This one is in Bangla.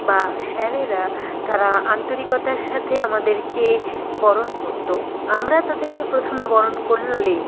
বা স্যরেরা তারা আন্তরিকতার সাথে আমাদেরকে বরণ করত আমরা তাদেরকে প্রথমে বরণ করলেও